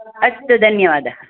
अस्तु धन्यवादः